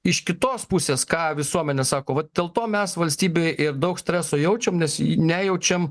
iš kitos pusės ką visuomenė sako vat dėl to mes valstybė ir daug streso jaučiam nes nejaučiam